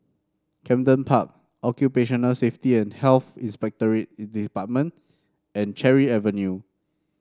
Camden Park Occupational Safety and Health Inspectorate Department and Cherry Avenue